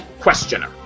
questioner